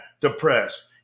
depressed